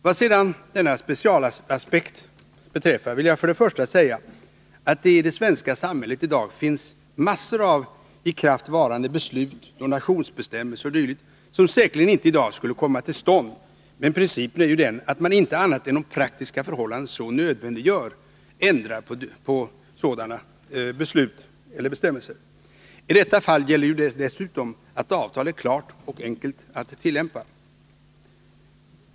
Vad sedan denna specialaspekt beträffar vill jag för det första säga att det i det svenska samhället i dag finns massor av i kraft varande beslut, donationsbestämmelser o. d. som säkerligen inte i dag skulle komma till stånd, men principen är ju den att man inte annat än om praktiska förhållanden så nödvändiggör ändrar på sådana beslut eller bestämmelser. I detta fall gäller ju dessutom att avtalet är klart och enkelt att tillämpa.